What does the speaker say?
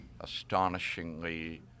astonishingly